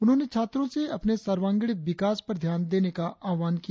उन्होंने छात्रों से अपने सर्वागीण विकास पर ध्यान देने का आह्वान किया